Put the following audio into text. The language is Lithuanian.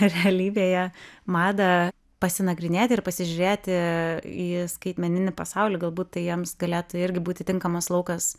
realybėje madą pasinagrinėti ir pasižiūrėti į skaitmeninį pasaulį galbūt tai jiems galėtų irgi būti tinkamas laukas